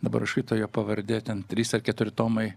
dabar rašytojo pavardė ten trys ar keturi tomai